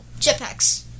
jetpacks